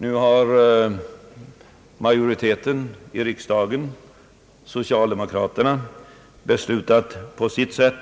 Nu har majoriteten i riksdagen, alltså socialdemokraterna, beslutat på sitt sätt,